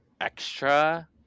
extra